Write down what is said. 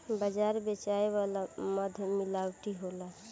बाजार बेचाए वाला मध मिलावटी होला